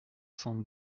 cent